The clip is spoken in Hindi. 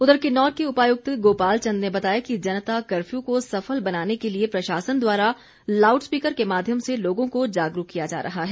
उधर किन्नौर के उपायुक्त गोपाल चंद ने बताया कि जनता कफ्यू को सफल बनाने के लिए प्रशासन द्वारा लाऊड स्पीकर के माध्यम से लोगों को जागरूक किया जा रहा है